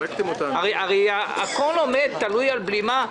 הכול תלוי על בלימה.